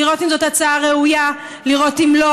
לראות אם זאת הצעה ראויה או לא,